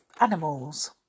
animals